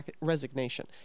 resignation